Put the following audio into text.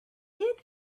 did